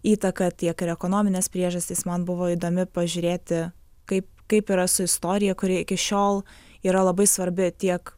įtaka tiek ir ekonominės priežastys man buvo įdomi pažiūrėti kaip kaip yra su istorija kuri iki šiol yra labai svarbi tiek